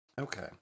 Okay